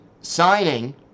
signing